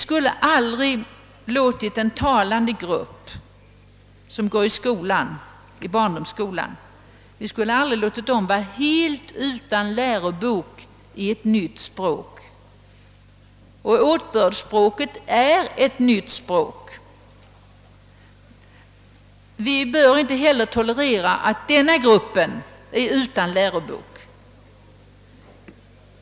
Vi skulle aldrig låta en grupp talande människor, t.ex. barn som går i barndomsskolan, vara helt utan lärobok i ett nytt språk. Åtbördsspråket är ett nytt språk! Vi bör därför inte heller låta denna grupp sakna lärobok.